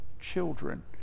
children